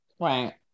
Right